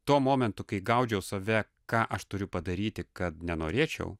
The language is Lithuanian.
tuo momentu kai gaudžiau save ką aš turiu padaryti kad nenorėčiau